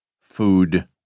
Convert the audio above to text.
Food